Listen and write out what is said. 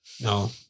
No